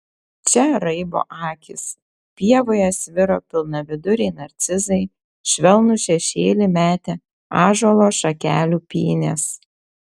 čia raibo akys pievoje sviro pilnaviduriai narcizai švelnų šešėlį metė ąžuolo šakelių pynės